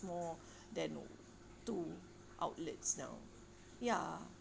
more than two outlets now ya